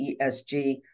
ESG